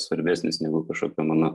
svarbesnis negu kažkokia mano